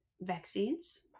vaccines